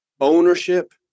ownership